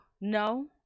no